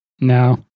No